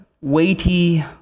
weighty